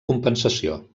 compensació